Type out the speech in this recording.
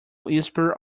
whisper